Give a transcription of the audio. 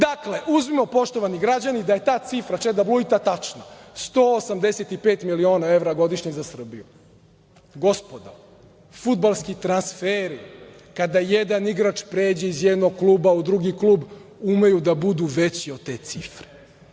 itd. Dakle, uzmimo, poštovani građani, da je ta cifra Čeda Bluita tačna - 185 miliona evra godišnje za Srbiju. Gospodo, fudbalski transferi, kada jedan igrač pređe iz jednog kluba u drugi klub umeju da budu veći od te cifre,